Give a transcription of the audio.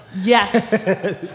Yes